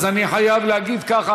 אני חייב להגיד כך,